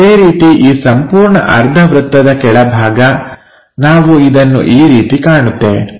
ಅದೇ ರೀತಿ ಈ ಸಂಪೂರ್ಣ ಅರ್ಧವೃತ್ತದ ಕೆಳಭಾಗ ನಾವು ಇದನ್ನು ಈ ರೀತಿ ಕಾಣುತ್ತೇವೆ